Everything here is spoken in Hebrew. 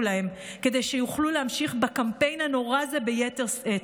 להם כדי שיוכלו להמשיך בקמפיין הנורא הזה ביתר שאת.